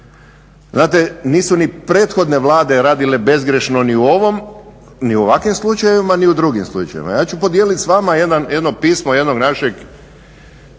Znate, nisu ni prethodne Vlade radile bezgrešno ni u ovom, ni u ovakvim slučajevima ni u drugim slučajevima. Ja ću podijeliti s nama jedno pismo jednog našeg